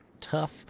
tough